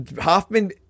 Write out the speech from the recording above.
Hoffman